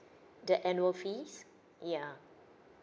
that annual fees yeah